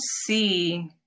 see